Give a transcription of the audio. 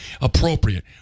appropriate